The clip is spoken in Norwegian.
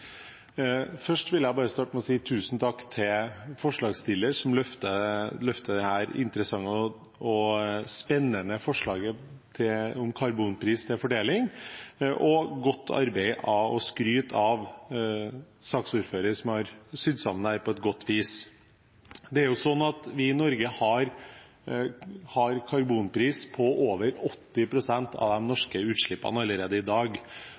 Først vil jeg starte med å si tusen takk til forslagsstilleren, som løfter dette interessante og spennende forslaget om karbonpris til fordeling. Jeg vil skryte av saksordføreren, som har sydd sammen dette på godt vis – det er godt arbeid. I Norge har vi karbonpris på over 80 pst. av de norske utslippene allerede i dag.